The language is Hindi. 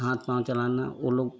हाथ पाँव चलाना वो लोग